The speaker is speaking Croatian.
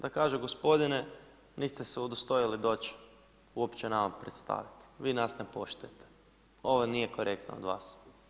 Da kažu gospodine, niste se udostojili doć uopće nama predstavit, vi nas ne poštujete, ovo nije korektno od vas.